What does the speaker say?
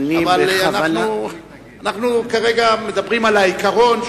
אבל אנחנו כרגע מדברים על העיקרון,